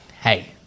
hey